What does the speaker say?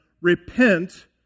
Repent